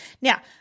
now